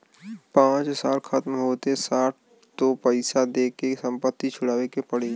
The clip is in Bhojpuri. पाँच साल खतम होते साठ तो पइसा दे के संपत्ति छुड़ावे के पड़ी